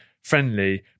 friendly